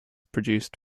produced